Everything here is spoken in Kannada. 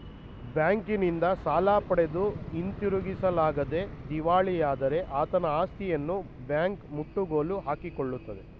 ಬ್ಯಾಂಕಿನಿಂದ ಸಾಲ ಪಡೆದು ಹಿಂದಿರುಗಿಸಲಾಗದೆ ದಿವಾಳಿಯಾದರೆ ಆತನ ಆಸ್ತಿಯನ್ನು ಬ್ಯಾಂಕ್ ಮುಟ್ಟುಗೋಲು ಹಾಕಿಕೊಳ್ಳುತ್ತದೆ